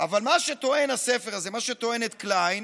אבל מה שטוען הספר הזה, מה שטוענת קליין